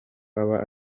aba